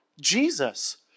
Jesus